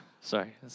Sorry